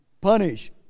punish